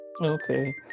okay